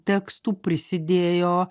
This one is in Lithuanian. tekstų prisidėjo